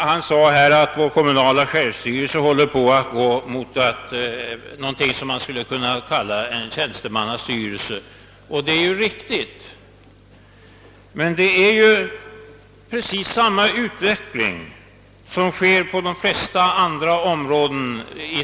Han sade att vår kommunala självstyrelse håller på att utvecklas fram mot något som skulle kunna kallas en tjänstemannastyrelse. Det är riktigt, men precis samma utveckling sker ju på de flesta andra områden.